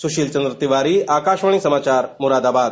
सुशील चंद्र तिवारी आकाशवाणी समाचार मुरादाबाद